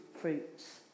fruits